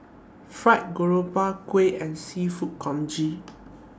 Fried Garoupa Kuih and Seafood Congee